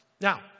Now